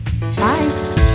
Bye